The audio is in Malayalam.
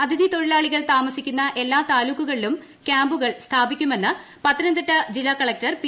അതിഥി തൊഴിലാളികൾ താമസിക്കുന്ന എല്ലാ താലുക്കുകളിലും കൃാമ്പുകൾ സ്ഥാപിക്കുമെന്ന് പത്തനംതിട്ട കളക്ടർ പി